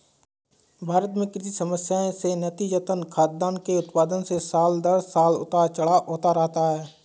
भारत में कृषि समस्याएं से नतीजतन, खाद्यान्न के उत्पादन में साल दर साल उतार चढ़ाव होता रहता है